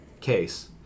case